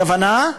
הכוונה,